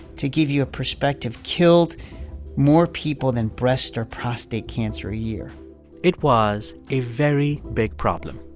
to give you a perspective, killed more people than breast or prostate cancer a year it was a very big problem.